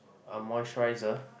a moisturizer